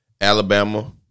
Alabama